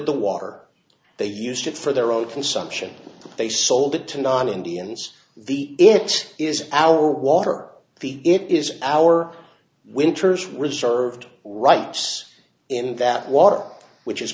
the water they used it for their own consumption they sold it to non indians the it is our water our feet it is our winter's reserved rights in that water which is